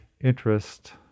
interest